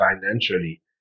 financially